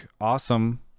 awesome